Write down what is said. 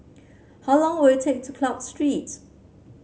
how long will it take to Clarke Street